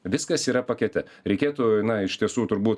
viskas yra pakete reikėtų na iš tiesų turbūt